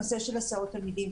את הנושא של הסעות תלמידים,